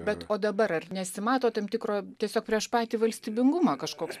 bet o dabar ar nesimato tam tikro tiesiog prieš patį valstybingumą kažkoks